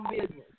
business